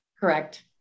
Correct